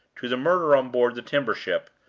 to the murder on board the timber-ship,